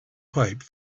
pipe